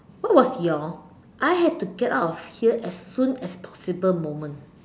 what was your I have to get out of here as soon as possible moment